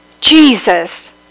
Jesus